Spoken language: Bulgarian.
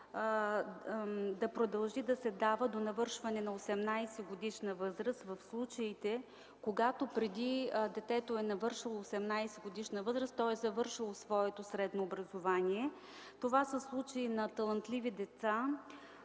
да продължи да се дава до навършване на 18-годишна възраст в случаите, когато преди детето да е навършило 18 години, то е завършило своето средно образование. Това са случаи на талантливи деца,